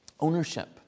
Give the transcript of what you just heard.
ownership